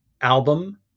album